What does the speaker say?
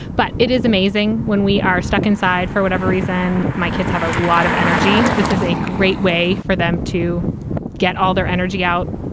but it is amazing when we are stuck inside for whatever reason. my kids have a lot of energy. this is a great way for them to get all their energy out.